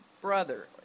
brother